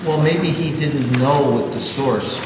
well maybe he didn't know the source